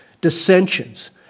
dissensions